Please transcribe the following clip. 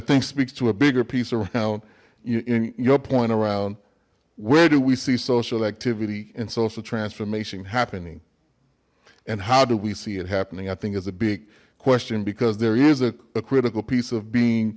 think speaks to a bigger piece around you in your point around where do we see social activity and social transformation happening and how do we see it happening i think is a big question because there is a critical piece of being